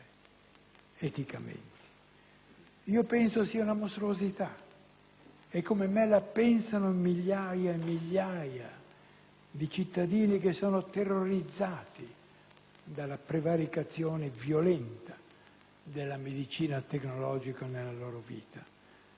Penso sia una mostruosità, e come me la pensano migliaia e migliaia di cittadini, terrorizzati dalla prevaricazione violenta della medicina tecnologica nella propria vita. Lo dico da uomo di scienza: